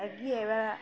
অগি এব